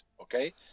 Okay